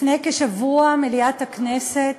לפני כשבוע מליאת הכנסת